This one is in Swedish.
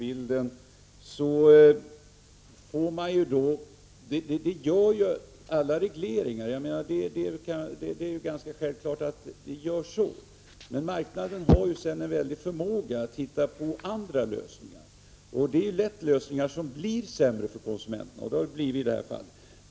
Herr talman! Jag menar att alla regleringar stör marknadsbilden. Det är ganska självklart att det blir så. Men marknaden har en väldig förmåga att hitta på andra lösningar, och det blir lätt lösningar som är sämre för konsumenterna. Så har det blivit i det här fallet.